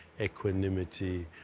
equanimity